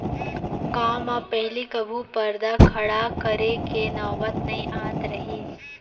गॉंव म पहिली कभू परदा खड़ा करे के नौबत नइ आत रहिस